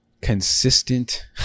consistent